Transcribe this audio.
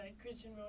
Christian